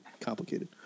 complicated